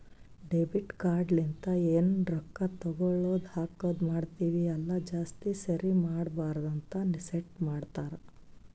debit card ಲಿಂತ ಎನ್ ರೊಕ್ಕಾ ತಗೊಳದು ಹಾಕದ್ ಮಾಡ್ತಿವಿ ಅಲ್ಲ ಜಾಸ್ತಿ ಸರಿ ಮಾಡಬಾರದ ಅಂತ್ ಸೆಟ್ ಮಾಡ್ತಾರಾ